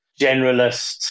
generalist